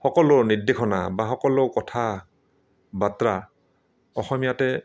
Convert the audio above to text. সকলো নিৰ্দেশনা বা সকলো কথা বাত্ৰা অসমীয়াতে